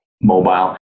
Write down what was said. mobile